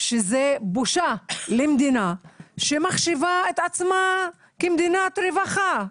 שזה בושה למדינה שמחשיבה את עצמה כמדינת רווחה.